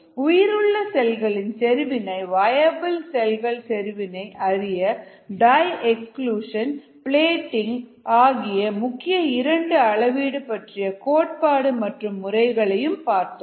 உயிருள்ள செல்களின் செறிவினை வயபிள் செல்கள் செறிவினை அறிய டை எக்ஸ்கிளூஷன் பிளேடிங் ஆகிய முக்கிய 2 அளவீடு பற்றிய கோட்பாடு மற்றும் முறையையும் பார்த்தோம்